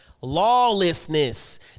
lawlessness